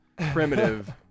primitive